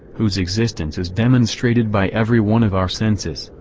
whose existence is demonstrated by every one of our senses,